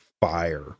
fire